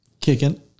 Kicking